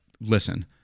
Listen